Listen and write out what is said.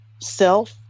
self